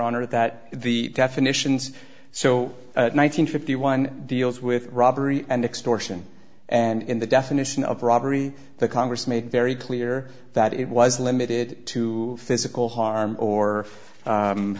honor that the definitions so nine hundred fifty one deals with robbery and extortion and the definition of robbery the congress made very clear that it was limited to physical harm or